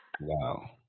Wow